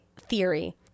theory